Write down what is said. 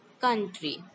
country